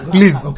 Please